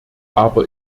aber